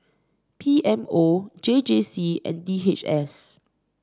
P M O J J C and D H S